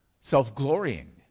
self-glorying